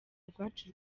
rwacu